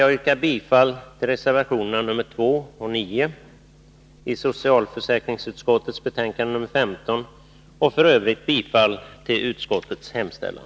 Jag yrkar bifall till reservationerna 2 och 9 i socialförsäkringsutskottets betänkande nr 15 och f. ö. bifall till utskottets hemställan.